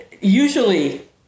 usually